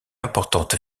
importante